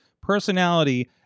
personality